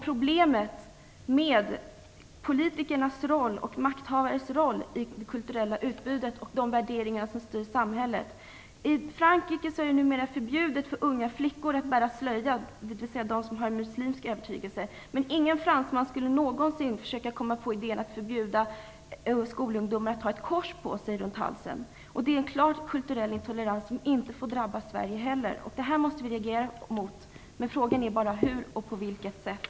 Problemet är politikers och makthavares roll i det kulturella utbudet och av de värderingar som styr samhället. I Frankrike är det numera förbjudet för unga flickor att bära slöja, dvs. för dem som har en muslimsk övertygelse. Men ingen fransman skulle någonsin komma på idén att förbjuda skolungdomar att bära ett kors runt halsen. Det är en klar kulturell intolerans som inte får drabba Sverige. Vi måste reagera mot detta. Frågan är bara hur och på vilket sätt.